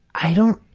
i don't,